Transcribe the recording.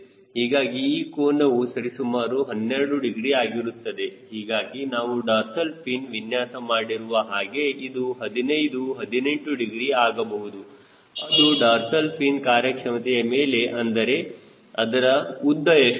ಹೀಗಾಗಿ ಈ ಕೋನವು ಸರಿಸುಮಾರು 12 ಡಿಗ್ರಿ ಆಗಿರುತ್ತದೆ ಹೀಗಾಗಿ ನೀವು ಡಾರ್ಸಲ್ ಫಿನ್ ವಿನ್ಯಾಸ ಮಾಡಿರುವ ಹಾಗೆ ಇದು 15 18 ಡಿಗ್ರಿ ಆಗಬಹುದು ಅದು ಡಾರ್ಸಲ್ ಫಿನ್ ಕಾರ್ಯಕ್ಷಮತೆಯ ಮೇಲೆ ಅಂದರೆ ಅದರ ಉದ್ದ ಎಷ್ಟು